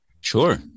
Sure